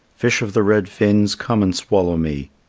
fish of the red fins, come and swallow me.